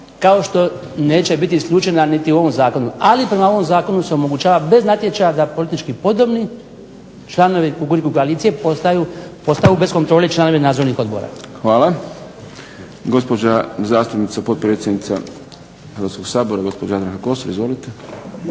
kao što neće biti isključena niti u ovom zakonu. Ali prema ovom zakonu se omogućava bez natječaja da politički podobni članovi Kukuriku koalicije postaju bez kontrole članovi nadzornih odbora. **Šprem, Boris (SDP)** Hvala. Gospođa zastupnica, potpredsjednica Hrvatskog sabora gospođa Jadranka Kosor. Izvolite.